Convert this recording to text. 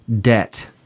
debt